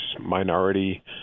minority